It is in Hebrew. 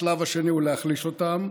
השלב השני הוא להחליש אותם,